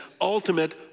ultimate